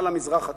על המזרח התיכון.